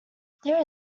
there